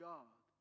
God